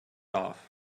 off